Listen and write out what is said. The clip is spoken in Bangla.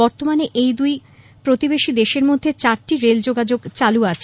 বর্তমানে এই দুই প্রতিবেশী দেশের মধ্যে চারটি রেল যোগাযোগ চালু আছে